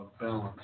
balance